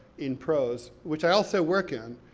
in prose, which i also work in.